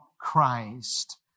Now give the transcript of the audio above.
Christ